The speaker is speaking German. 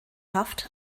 haft